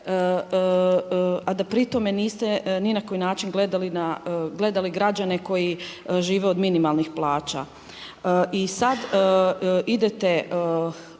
a da pri tome niste ni na koji način gledali na, gledali građane koji žive od minimalnih plaća. I sad idete